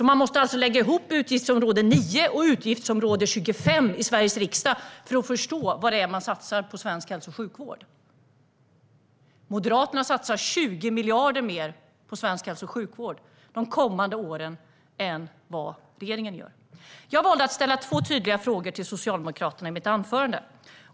Man måste alltså lägga ihop utgiftsområde 9 och utgiftsområde 25 i budgetpropositionen för att förstå vad som satsas på svensk hälso och sjukvård. Moderaterna satsar 20 miljarder mer på svensk hälso och sjukvård än regeringen under kommande år. Jag valde att i mitt anförande ställa två tydliga frågor till Socialdemokraterna.